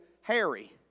Harry